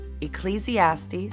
Ecclesiastes